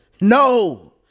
No